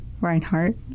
Reinhardt